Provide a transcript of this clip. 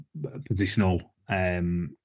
positional